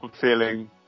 feeling